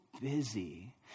busy